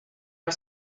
are